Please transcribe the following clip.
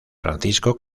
francisco